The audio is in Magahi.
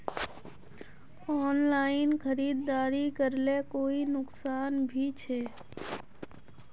ऑनलाइन खरीदारी करले कोई नुकसान भी छे?